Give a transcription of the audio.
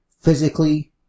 physically